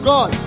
God